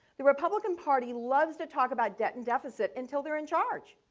the republican party loves to talk about debt and deficit until they're in charge,